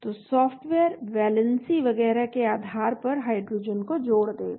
तो software valency वगैरह के आधार पर हाइड्रोजन को जोड़ देगा